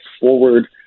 Forward